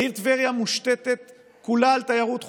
העיר טבריה מושתתת כולה על תיירות חו"ל.